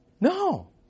No